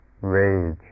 rage